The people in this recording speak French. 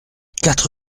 quatre